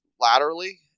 laterally